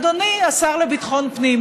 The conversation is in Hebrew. אדוני השר לביטחון פנים,